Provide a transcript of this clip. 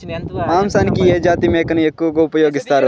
మాంసానికి ఏ జాతి మేకను ఎక్కువగా ఉపయోగిస్తారు?